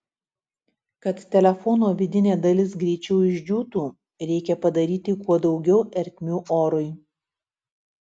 kad telefono vidinė dalis greičiau išdžiūtų reikia padaryti kuo daugiau ertmių orui